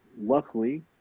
luckily